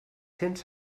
cents